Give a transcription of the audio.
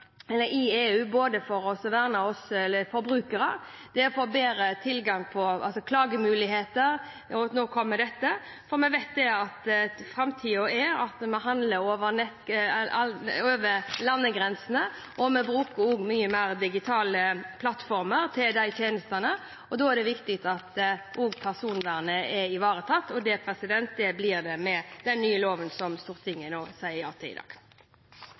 i EU for å verne oss forbrukere – vi har fått bedre klagemuligheter, og nå kommer dette – for vi vet at framtida er at vi handler over landegrensene, og at vi mye mer bruker digitale plattformer til de tjenestene. Da er det viktig at også personvernet er ivaretatt. Det blir det med den nye loven som Stortinget sier ja til i dag.